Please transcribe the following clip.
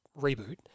reboot